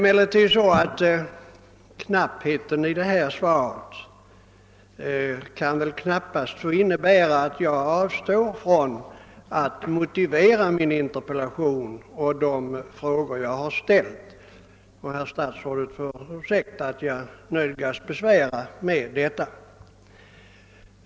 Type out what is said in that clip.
Men knappheten i svaret kan inte innebära att jag avstår från att här motivera min interpellation och de frågor jag där ställt, och statsrådet får ursäkta att jag nu nödgas besvära med det.